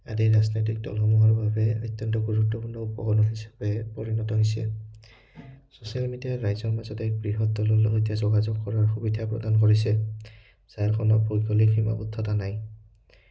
আদি ৰাজনৈতিক দলসমূহৰ বাবে অত্যন্ত গুৰুত্বপূৰ্ণ উপকৰণ হিচাপে পৰিণত হৈছে ছ'চিয়েল মিডিয়াৰ ৰাইজৰ মাজতে এক বৃহৎ দলৰ লগত এতিয়া যোগাযোগ কৰাৰ সুবিধা প্ৰদান কৰিছে যাৰ কোনো ভৌগলিক সীমাবদ্ধতা নাই